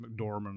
McDormand